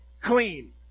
clean